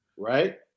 Right